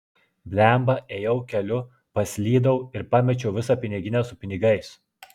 blemba ėjau keliu paslydau ir pamečiau visą piniginę su pinigais